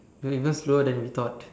we're even slower than we thought